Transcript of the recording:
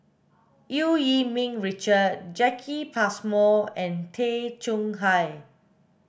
Eu Yee Ming Richard Jacki Passmore and Tay Chong Hai